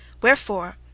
wherefore